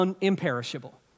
imperishable